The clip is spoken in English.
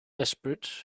desperate